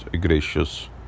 Gracious